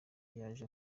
yaje